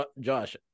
Josh